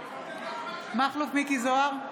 מכלוף מיקי זוהר,